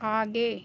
आगे